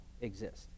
exist